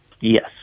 Yes